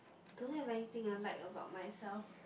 don't have anything I like about myself